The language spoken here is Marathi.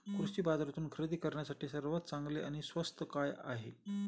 कृषी बाजारातून खरेदी करण्यासाठी सर्वात चांगले आणि स्वस्त काय आहे?